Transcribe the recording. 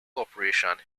corporation